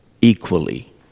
equally